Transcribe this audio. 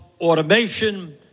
automation